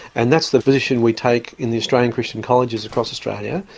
and that's the position we take in the australian christian colleges across australia.